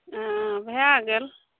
अँ भए गेल